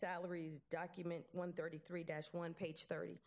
salaries document one thirty three dash one page thirty